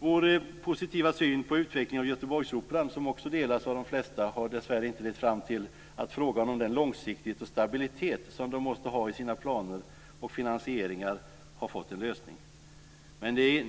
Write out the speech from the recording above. Vår positiva syn på utvecklingen av Göteborgsoperan, som också delas av de flesta, har dessvärre inte lett till att frågan om den långsiktighet och stablilitet som de måste ha i sina planer och finansieringar har fått en lösning.